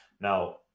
Now